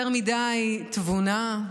אין פה יותר מדי תבונה,